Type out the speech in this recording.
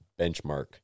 benchmark